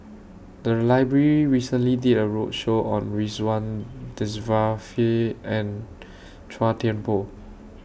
The Library recently did A roadshow on Ridzwan Dzafir and Chua Thian Poh